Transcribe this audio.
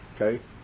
okay